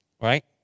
Right